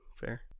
fair